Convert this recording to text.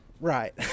Right